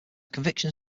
convictions